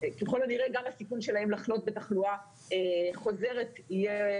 ככל הנראה גם הסיכון שלהם לחלות בתחלואה חוזרת יהיה